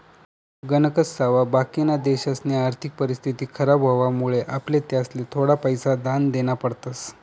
गणकच सावा बाकिना देशसनी आर्थिक परिस्थिती खराब व्हवामुळे आपले त्यासले थोडा पैसा दान देना पडतस